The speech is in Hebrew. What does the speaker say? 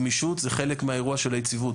גמישות זה חלק מהאירוע של היציבות,